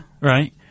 Right